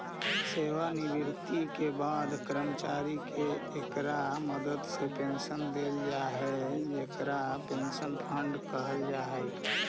सेवानिवृत्ति के बाद कर्मचारि के इकरा मदद से पेंशन देल जा हई जेकरा पेंशन फंड कहल जा हई